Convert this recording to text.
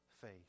faith